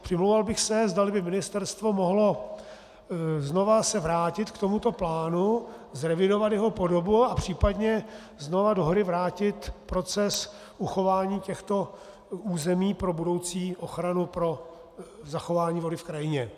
Přimlouval bych se, zdali by se ministerstvo mohlo znovu vrátit k tomuto plánu, zrevidovat jeho podobu a případně znovu do hry vrátit proces uchování těchto území pro budoucí ochranu, pro zachování vody v krajině.